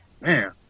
Man